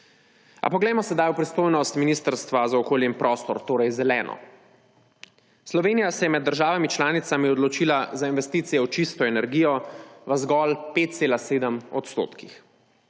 A poglejmo sedaj v pristojnost Ministrstva za okolje in prostor, torej zeleno. Slovenija se je med državami članicami odločila za investicije v čisto energijo v zgolj 5,7 %, kar